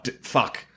fuck